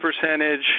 percentage